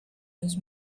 was